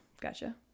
Gotcha